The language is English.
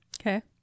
Okay